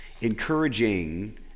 encouraging